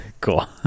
Cool